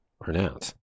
pronounce